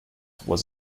was